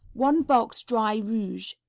one box dry rouge.